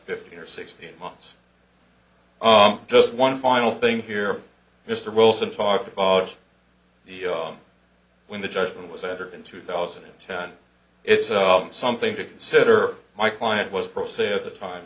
fifteen or sixteen months just one final thing here mr wilson talked about the when the judgment was entered in two thousand and ten it's something to consider my client was pro se at the time